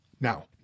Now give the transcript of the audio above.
Now